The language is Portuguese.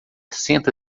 senta